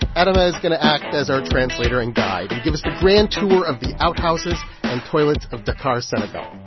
adama is going to act as our translator and guide and give us the grand tour of the outhouses and toilets of dakar, senegal.